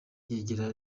yegera